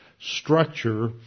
structure